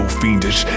fiendish